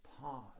pause